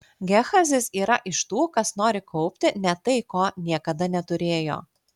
gehazis yra iš tų kas nori kaupti net tai ko niekada neturėjo